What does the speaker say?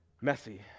Messy